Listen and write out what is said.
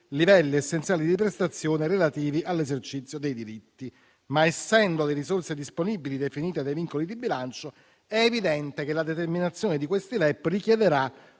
livelli essenziali delle prestazioni relativi all'esercizio dei diritti. Ma essendo le risorse disponibili definite dai vincoli di bilancio, è evidente che la determinazione dei LEP richiederà